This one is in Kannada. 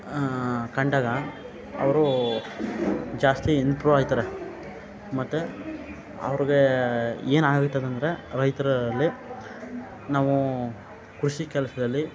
ಕಂಡಾಗ ಅವರು ಜಾಸ್ತಿ ಇಂಪ್ರೂವ್ ಆಯ್ತಾರೆ ಮತ್ತು ಅವ್ರಿಗೆ ಏನು ಆಗಿತ್ತದ ಅಂದರೆ ರೈತರಲ್ಲಿ ನಾವು ಕೃಷಿ ಕೆಲಸದಲ್ಲಿ